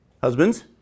Husbands